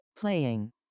Playing